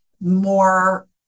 more